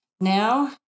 now